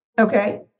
okay